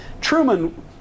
Truman